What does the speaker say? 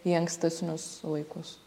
į ankstesnius laikus